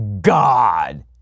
God